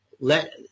let